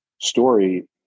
story